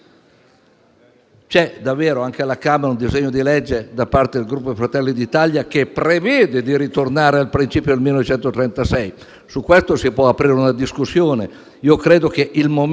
Camera dei deputati un disegno di legge da parte del Gruppo Fratelli d'Italia che prevede di ritornare al principio del 1936: su questo si può aprire una discussione. Io credo che in questo